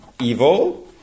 evil